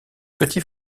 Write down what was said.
petit